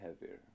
heavier